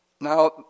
now